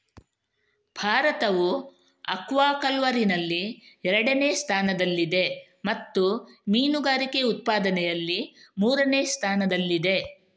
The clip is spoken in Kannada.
ಭಾರತವು ಅಕ್ವಾಕಲ್ಚರಿನಲ್ಲಿ ಎರಡನೇ ಸ್ಥಾನದಲ್ಲಿದೆ ಮತ್ತು ಮೀನುಗಾರಿಕೆ ಉತ್ಪಾದನೆಯಲ್ಲಿ ಮೂರನೇ ಸ್ಥಾನದಲ್ಲಿದೆ